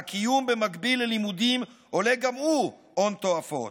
והקיום במקביל ללימודים עולה גם הוא הון תועפות.